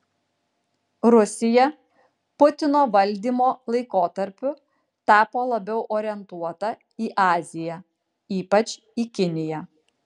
rusija putino valdymo laikotarpiu tapo labiau orientuota į aziją ypač į kiniją